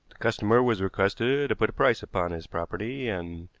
customer was requested to put a price upon his property, and,